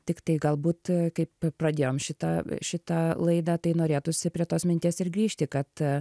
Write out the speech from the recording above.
tiktai galbūt a kaip pradėjom šitą šitą laidą tai norėtųsi prie tos minties ir grįžti kad